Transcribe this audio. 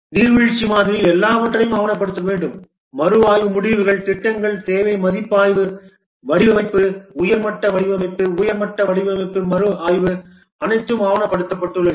நீர்வீழ்ச்சி மாதிரியில் எல்லாவற்றையும் ஆவணப்படுத்த வேண்டும் மறுஆய்வு முடிவுகள் திட்டங்கள் தேவை மதிப்பாய்வு வடிவமைப்பு உயர் மட்ட வடிவமைப்பு உயர் மட்ட வடிவமைப்பு மறுஆய்வு அனைத்தும் ஆவணப்படுத்தப்பட்டுள்ளன